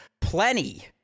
plenty